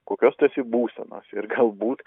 kokios tu esi būsenos ir galbūt